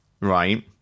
right